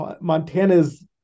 Montana's